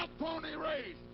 pony race.